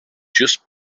just